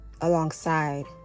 alongside